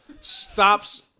stops